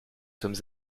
sommes